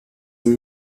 une